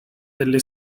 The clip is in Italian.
delle